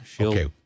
Okay